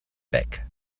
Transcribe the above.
back